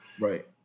Right